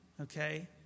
Okay